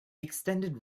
extended